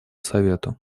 совету